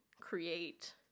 create